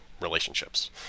relationships